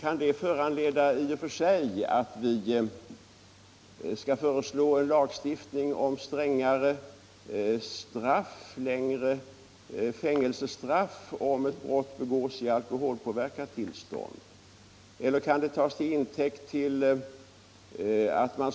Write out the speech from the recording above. Kan detta förhållande i och för sig föranleda en lagstiftning om strängare straff, t.ex. längre fängelsestraff, om brottet begås i alkoholpåverkat tillstånd?